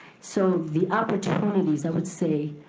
so the opportunities, i would say,